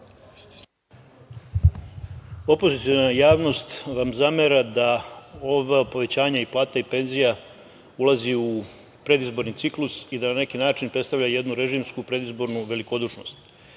Opoziciona javnost vam zamera da ova povećanja plata i penzija ulazi u predizborni ciklus i da na neki način predstavlja jednu režimsku predizbornu velikodušnost. Da